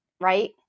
right